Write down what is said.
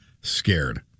scared